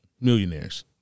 millionaires